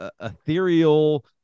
ethereal